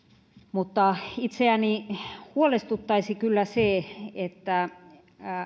mutta itseäni huolestuttaisi kyllä se että